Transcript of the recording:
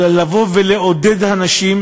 אלא כדי לבוא ולעודד אנשים,